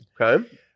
Okay